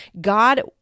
God